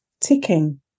ticking